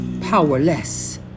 Powerless